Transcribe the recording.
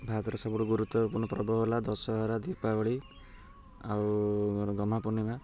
ଭାରତର ସବୁଠୁ ଗୁରୁତ୍ୱପୂର୍ଣ୍ଣ ପର୍ବ ହେଲା ଦଶହରା ଦୀପାବଳି ଆଉ ଗହ୍ମାପୂର୍ଣ୍ଣିମା